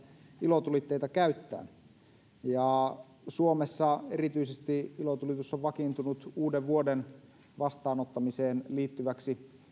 ilotulitteita käyttää suomessa erityisesti ilotulitus on vakiintunut uuden vuoden vastaanottamiseen liittyväksi